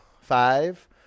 Five